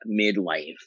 midlife